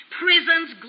prisons